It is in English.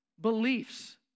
beliefs